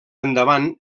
endavant